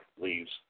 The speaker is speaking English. leaves